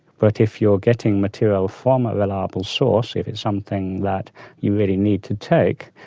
but if you are getting material from a reliable source, if it's something that you really need to take,